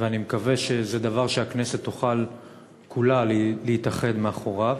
ואני מקווה שזה דבר שהכנסת כולה תוכל להתאחד מאחוריו.